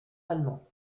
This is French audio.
allemands